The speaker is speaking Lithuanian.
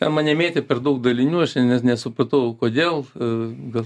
na mane mėtė per daug daliniuose nes nesupratau kodėl a gal